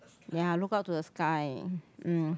ya look up to the sky mm